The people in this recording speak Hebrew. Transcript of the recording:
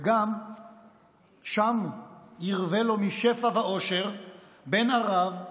וגם "שם ירווה לו משפע ועושר / בן ערב,